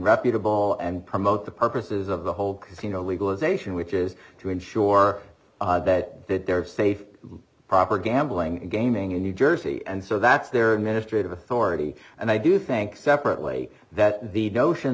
reputable and promote the purposes of the whole casino legalization which is to ensure that there are safe proper gambling in gaming in new jersey and so that's their ministry of authority and i do think separately that the notion